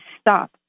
stop